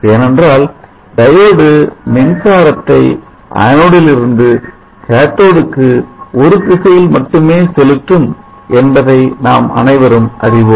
ஏனென்றால் டையோடு மின்சாரத்தை Anode லிருந்து Cathode க்கு ஒரு திசையில் மட்டுமே செலுத்தும் என்பதை நாம் அனைவரும் அறிவோம்